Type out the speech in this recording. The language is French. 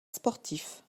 sportif